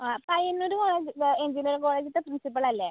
ആ പയ്യന്നൂർ കോളേജിലെ എഞ്ചിനീയറിംഗ് കോളേജിലത്തെ പ്രിൻസിപ്പൾ അല്ലേ